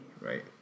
right